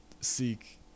seek